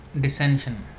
Dissension